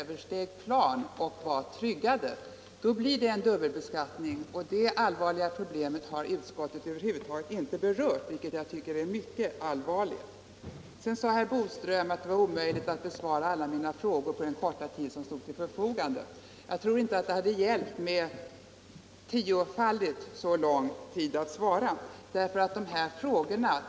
Herr talman! Jag talade om dubbelbeskattning i de fall då pensionsutfästelserna översteg plan och var tryggade. Då blir det en dubbelbeskattning, och det problemet har utskottet över huvud taget inte berört, vilket jag tycker är mycket allvarligt. Herr Boström sade att det var omöjligt att besvara alla mina frågor på den korta tid som stod till förfogande. Jag tror att det inte hade hjälpt med tio gånger så lång tid.